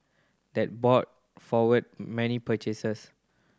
that bought forward many purchases